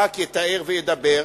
רק יתאר וידבר,